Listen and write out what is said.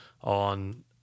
on